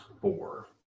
four